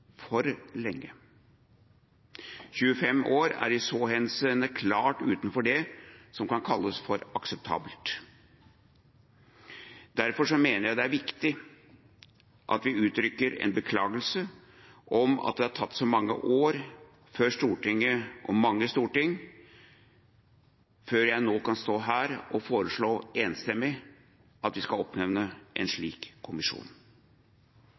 for lenge. 25 år er i så henseende klart utenfor det som kan kalles for akseptabelt. Derfor mener jeg det er viktig at vi uttrykker en beklagelse om at det har tatt så mange år før Stortinget, og mange storting, og jeg nå kan stå her og foreslå – enstemmig – at vi skal oppnevne en slik kommisjon.